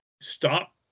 Stop